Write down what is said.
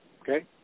okay